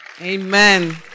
Amen